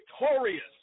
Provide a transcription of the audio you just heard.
victorious